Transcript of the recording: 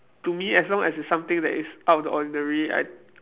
to me as long as it's something that it's out of the ordinary I